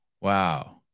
Wow